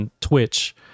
Twitch